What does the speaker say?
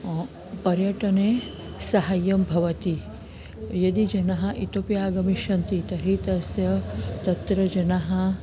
पर्यटने साहाय्यं भवति यदि जनः इतोपि आगमिष्यन्ति तर्हि तस्य तत्र जनः